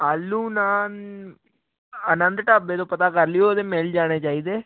ਆਲੂ ਨਾਨ ਆਨੰਦ ਢਾਬੇ ਤੋਂ ਪਤਾ ਕਰ ਲਿਓ ਉਹਦੇ ਮਿਲ ਜਾਣੇ ਚਾਹੀਦੇ